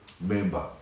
member